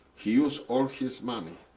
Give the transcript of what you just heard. he used all his money.